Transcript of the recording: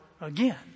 again